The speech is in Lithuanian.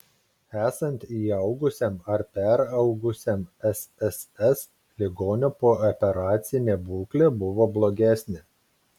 esant įaugusiam ar peraugusiam sss ligonio pooperacinė būklė buvo blogesnė